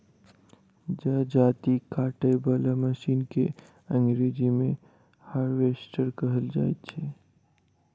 जजाती काटय बला मशीन के अंग्रेजी मे हार्वेस्टर कहल जाइत छै